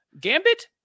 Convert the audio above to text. gambit